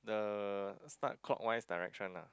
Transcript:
the start clockwise direction lah